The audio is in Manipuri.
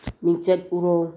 ꯃꯤꯡꯆꯠ ꯎꯔꯣꯡ